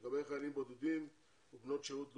לגבי חיילים בודדים או בנות שירות לאומי,